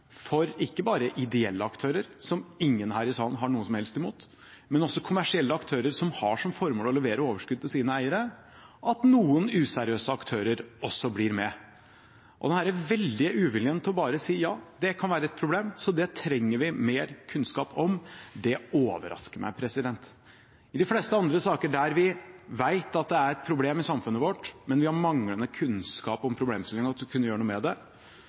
for ikke bare ideelle aktører, som ingen her i salen har noe som helst imot, men også for kommersielle aktører som har som formål å levere overskudd til sine eiere, at noen useriøse aktører også blir med. Denne veldige uviljen til bare å si at det kan være et problem, så det trenger vi mer kunnskap om, overrasker meg. I de fleste andre saker der vi vet at det er et problem i samfunnet vårt, men vi har manglende kunnskap om problemstillingen til å kunne gjøre noe med det,